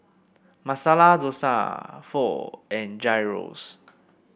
Masala Dosa Pho and Gyros